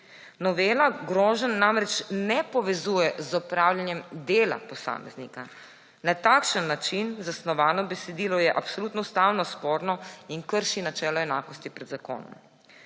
Novela groženj namreč ne povezuje z opravljanjem dela posameznika. Na takšen način zasnovano besedilo je absolutno ustavno sporno in krši načelo enakosti pred zakonom.